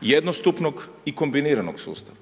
jednostupnog i kombiniranog sustava.